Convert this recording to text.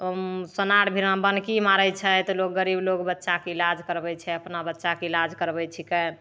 हम सोनार भीरा बनकी मारैत छै तऽ लोक गरीब लोग बच्चाके इलाज करबै छै अपना बच्चाके इलाज करबै छिकै